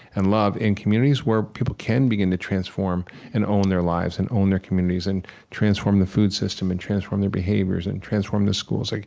and love in communities where people can begin to transform and own their lives and own their communities, and transform the food system, and transform their behaviors, and transform the schools. like